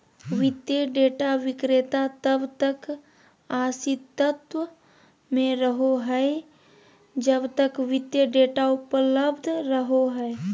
वित्तीय डेटा विक्रेता तब तक अस्तित्व में रहो हइ जब तक वित्तीय डेटा उपलब्ध रहो हइ